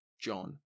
John